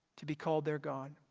to be called their god.